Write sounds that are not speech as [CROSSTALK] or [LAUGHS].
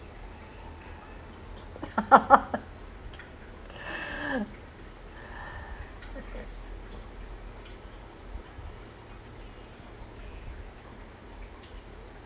[LAUGHS]